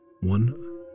One